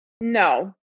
No